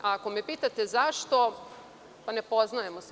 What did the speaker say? Ako me pitate zašto, ne poznajemo se.